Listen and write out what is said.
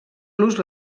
los